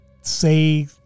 say